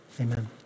Amen